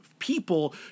people